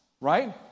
Right